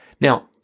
Now